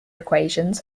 equations